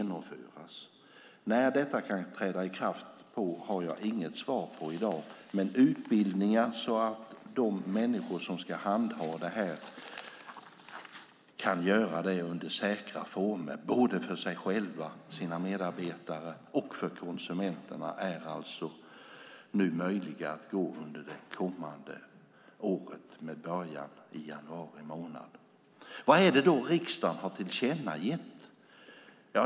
När detta kan träda i kraft har jag inget svar på i dag, men utbildningar som syftar till att de människor som ska handha detta kan göra det under former som är säkra för dem själva, deras medarbetare och konsumenterna är alltså möjliga att gå under det kommande året, med början i januari månad. Vad är det då riksdagen har tillkännagett?